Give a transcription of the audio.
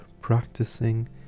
practicing